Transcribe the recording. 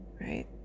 right